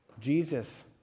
Jesus